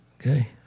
Okay